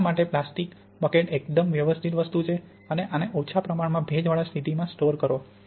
આના માટે plastic bucket એકદમ વ્યવસ્થિત વસ્તુ છે અને આને ઓછા પ્રમાણ ભેજવાળા સ્થિતિમાં સ્ટોર કરો